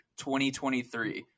2023